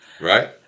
Right